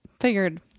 figured